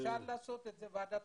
אפשר לעשות ועדת